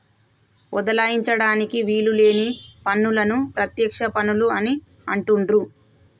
బదలాయించడానికి వీలు లేని పన్నులను ప్రత్యక్ష పన్నులు అని అంటుండ్రు